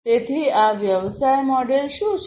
તેથી આ વ્યવસાય મોડેલ શું છે